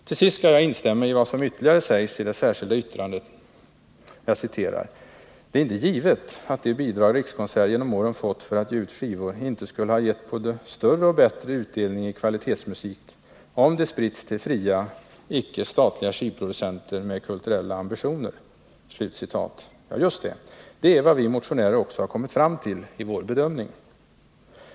Till sist skall jag instämma i vad som ytterligare sägs i det särskilda yttrandet, nämligen: ”Det är inte givet att de bidrag Rikskonserter genom åren fått för att ge ut skivor inte skulle ha gett både större och bättre utdelning i kvalitetsmusik om de spritts till fria, icke statliga skivproducenter med kulturella ambitioner.” Just det! Det är vad vi motionärer också har kommit fram till i vår bedömning.